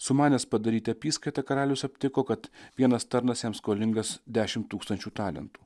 sumanęs padaryti apyskaitą karalius aptiko kad vienas tarnas jam skolingas dešim tūkstančių talentų